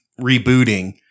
rebooting